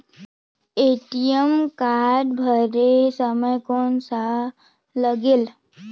ATM form भरे समय कौन का लगेल?